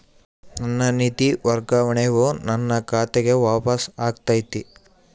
ನನ್ನ ನಿಧಿ ವರ್ಗಾವಣೆಯು ನನ್ನ ಖಾತೆಗೆ ವಾಪಸ್ ಆಗೈತಿ